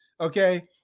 Okay